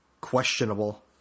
questionable